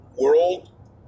World